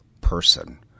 person